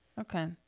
Okay